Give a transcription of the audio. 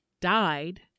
died